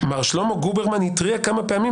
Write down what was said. מר שלמה גוברמן התריע כמה פעמים,